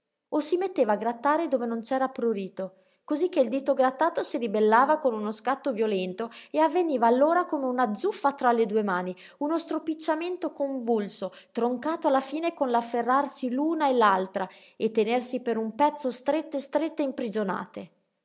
o si metteva a grattare dove non c'era prurito cosí che il dito grattato si ribellava con uno scatto violento e avveniva allora come una zuffa tra le due mani uno stropicciamento convulso troncato alla fine con l'afferrarsi l'una e l'altra e tenersi per un pezzo strette strette imprigionate